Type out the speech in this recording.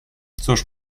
cóż